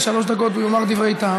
ושלוש דקות הוא יאמר דברי טעם,